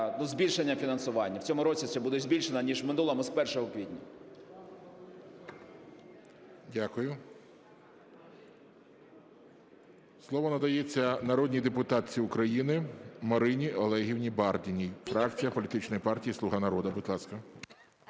збільшення фінансування. В цьому році це буде збільшено, ніж у минулому, з 1 квітня. ГОЛОВУЮЧИЙ. Дякую. Слово надається народній депутатці України Марині Олегівні Бардіній, фракція політичної партії "Слуга народу".